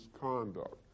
conduct